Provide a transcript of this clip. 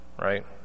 right